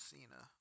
Cena